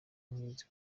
nk’izi